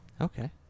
Okay